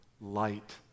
light